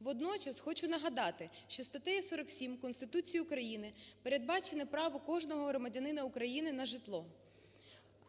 Водночас хочу нагадати, що статтею 47 Конституції України передбачено право кожного громадянина України на житло,